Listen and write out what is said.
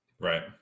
Right